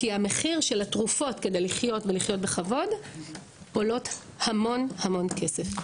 כי המחיר של התרופות כדי לחיות ולחיות בכבוד עולות המון המון כסף.